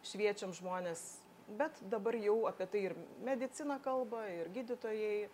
šviečiam žmones bet dabar jau apie tai ir medicina kalba ir gydytojai